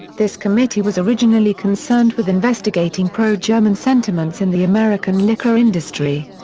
this committee was originally concerned with investigating pro-german sentiments in the american liquor industry.